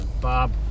Bob